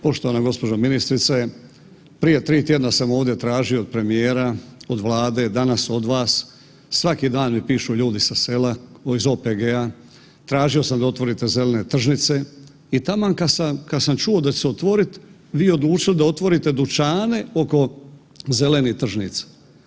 Poštovana gđo. ministrice, prije 3 tjedna sam ovdje tražio od premijera, od Vlade, danas od vas, svaki dan mi pišu ljudi sa sela, iz OPG-a, tražio sam da otvorite zelene tržnice i taman kad sam, kad sam čuo da će se otvorit, vi odlučili da otvorite dućane oko zelenih tržnica.